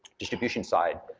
distribution side,